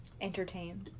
Entertain